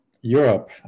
Europe